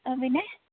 പിന്നെ